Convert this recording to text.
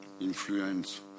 influence